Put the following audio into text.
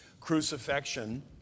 crucifixion